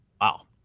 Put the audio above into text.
Wow